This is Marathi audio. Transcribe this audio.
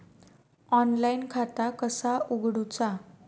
ऑनलाईन खाता कसा उगडूचा?